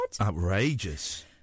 Outrageous